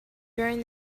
during